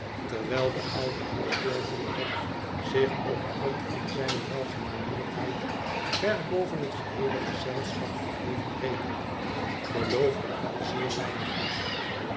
terwijl de oude heer turveydrop zich op grond van zijne welgemanierdheid ver boven het geheele gezelschap verheven rekende beloofde al zeer weinig goeds